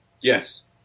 Yes